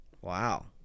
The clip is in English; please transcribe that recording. Wow